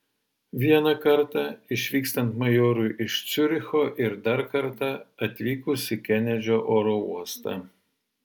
vieną kartą išvykstant majorui iš ciuricho ir dar kartą atvykus į kenedžio oro uostą